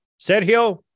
Sergio